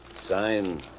Sign